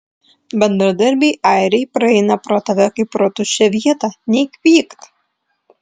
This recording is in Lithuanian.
bendradarbiai airiai praeina pro tave kaip pro tuščią vietą nei kvykt